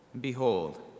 Behold